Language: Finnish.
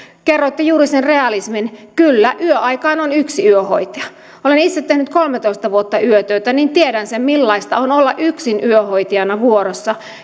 kerroitte juuri sen realismin kyllä yöaikaan on yksi yöhoitaja olen itse tehnyt kolmetoista vuotta yötöitä niin että tiedän sen millaista on olla yksin yöhoitajana vuorossa